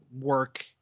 work